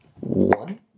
One